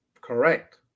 Correct